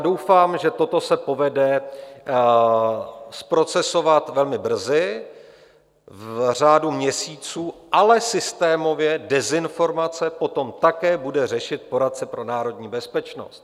Doufám, že toto se povede zprocesovat velmi brzy, v řádu měsíců, ale systémově dezinformace potom také bude řešit poradce pro národní bezpečnost.